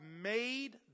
made